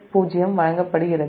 10 வழங்கப் படுகிறது